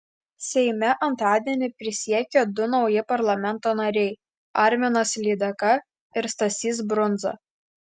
seime antradienį prisiekė du nauji parlamento nariai arminas lydeka ir stasys brundza